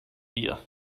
dir